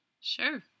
Sure